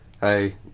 hey